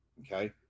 Okay